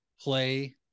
play